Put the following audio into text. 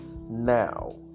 now